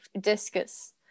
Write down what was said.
discus